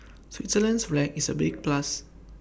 Switzerland's flag is A big plus